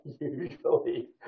Usually